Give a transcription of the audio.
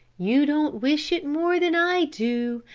you don't wish it more than i do,